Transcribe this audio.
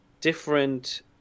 different